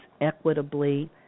equitably